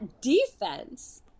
defense